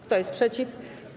Kto jest przeciw?